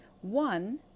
One